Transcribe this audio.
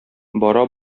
бара